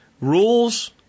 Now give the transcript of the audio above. Rules